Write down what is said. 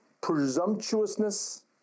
presumptuousness